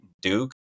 Duke